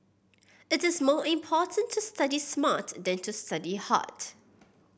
it is more important to study smart than to study hard